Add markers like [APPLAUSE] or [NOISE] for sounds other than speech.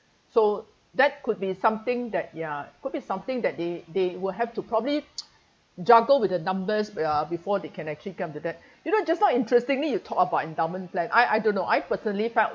so that could be something that ya could be something that they they will have to probably [NOISE] juggle with the numbers uh before they can actually came to that you know just now interestingly you talk about endowment plan I I don't know I personally felt